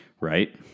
right